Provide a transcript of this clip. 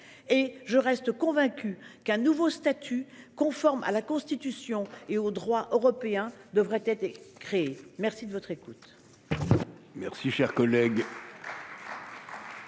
Je reste convaincue qu'un nouveau statut conforme à la Constitution et au droit européen devrait être créé. La parole est